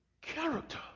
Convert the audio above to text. Character